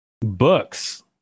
Books